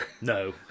No